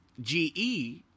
G-E